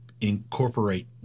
incorporate